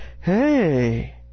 hey